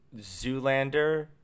Zoolander